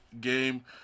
game